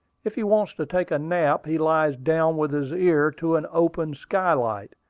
if he wants to take a nap, he lies down with his ear to an open skylight.